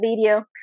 video